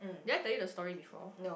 they tell the story before